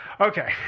Okay